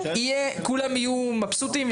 כולם יהיו מבסוטים,